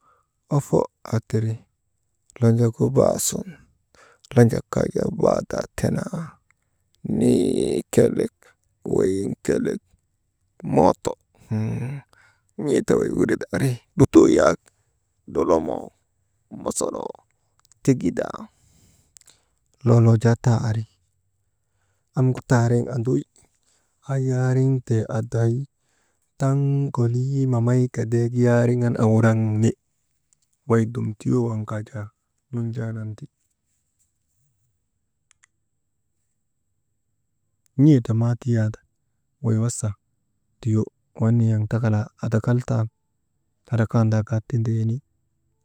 Ofo aa tiri lanja gu baa sun, lanjak kaa jaa baa daa tenaa mii kelek weyin kelek mooto hun n̰eeta weyiŋ wiret ari, lutoo yak lolomoo, mosoloo, tinjibaa nun wujaa taa ari, aŋgu taariŋ anduy ayaariŋtee aday, taŋ kolii mamay ka deyk yaariŋan awuraŋni, wey dum tuyo waŋ kaa jaa nunjaanan ti, n̰eeta maa tiyanda, wey wasa tiyo waŋ nin̰aŋ takalaa adakaltan tandrakandaa kaa tindeeni.